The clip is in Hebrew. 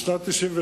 בשנת 1999,